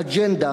"אג'נדה",